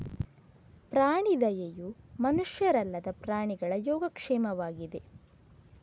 ಪ್ರಾಣಿ ದಯೆಯು ಮನುಷ್ಯರಲ್ಲದ ಪ್ರಾಣಿಗಳ ಯೋಗಕ್ಷೇಮವಾಗಿದೆ